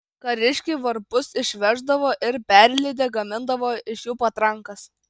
kariškiai varpus išveždavo ir perlydę gamindavo iš jų patrankas